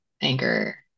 anger